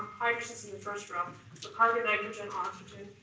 hydrogen's in the first row, but carbon, nitrogen, oxygen,